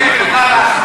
שתתאגד כחברה.